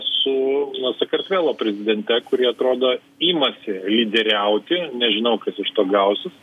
su sakartvelo prezidente kuri atrodo ima lyderiauti nežinau kas iš to gausis